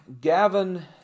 Gavin